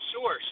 Sure